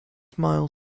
mile